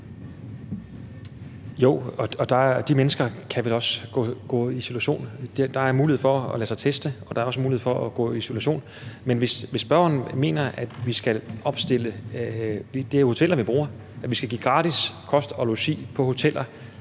Jo, og de mennesker kan vel også gå i isolation. Der er mulighed for at lade sig teste, og der er også mulighed for at gå i isolation. Men hvis spørgeren mener, at vi skal give gratis kost og logi på hoteller